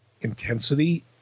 intensity